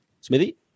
Smithy